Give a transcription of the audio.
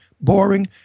Boring